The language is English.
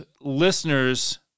listeners